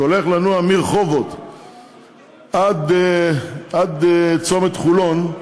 שהולך לנוע מרחובות עד צומת חולון,